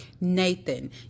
Nathan